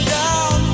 down